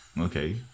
Okay